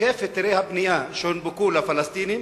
היקף היתרי הבנייה שהונפקו לפלסטינים